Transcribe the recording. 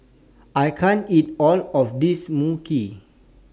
I can't eat All of This Mui Kee